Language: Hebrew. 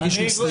תגיש הסתייגות.